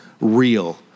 real